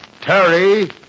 Terry